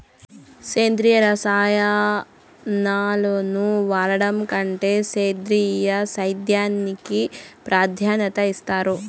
సేద్యంలో రసాయనాలను వాడడం కంటే సేంద్రియ సేద్యానికి ప్రాధాన్యత ఇస్తారు